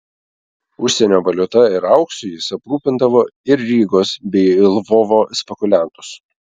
užsienio valiuta ir auksu jis aprūpindavo ir rygos bei lvovo spekuliantus